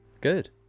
Good